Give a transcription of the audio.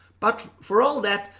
but for all that,